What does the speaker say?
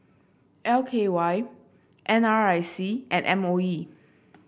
L K Y N R I C and M O E